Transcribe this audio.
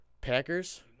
Packers